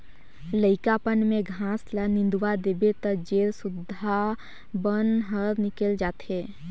लइकापन में घास ल निंदवा देबे त जेर सुद्धा बन हर निकेल जाथे